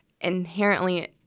inherently